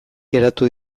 geratu